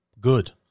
good